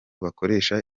bakoresha